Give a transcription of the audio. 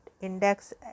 Index